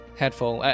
headphone